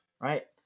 right